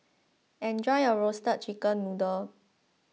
enjoy your Roasted Chicken Noodle